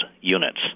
units